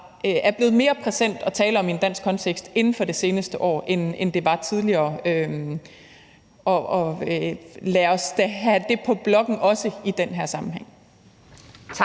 er blevet mere present at tale om i en dansk kontekst inden for det seneste år, end det var tidligere. Lad os da have det på blokken, også i den her sammenhæng. Kl.